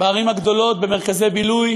בערים הגדולות, במרכזי בילוי,